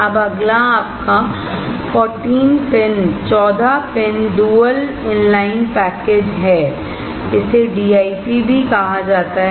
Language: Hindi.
अब अगला आपका 14 पिन डुअल इनलाइन पैकेज है इसे डीआईपी भी कहा जाता है